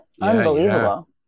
Unbelievable